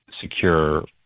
secure